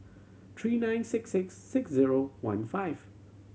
three nine six six six zero one five